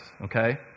Okay